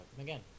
again